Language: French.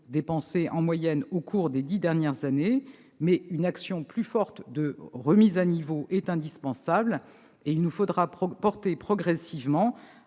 dépensés en moyenne au cours des dix dernières années. Toutefois, une action plus forte de remise à niveau est indispensable. Il nous faudra progressivement